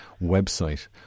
website